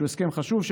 הסכם חשוב,